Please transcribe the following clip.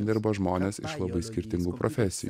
dirba žmonės labai skirtingų profesijų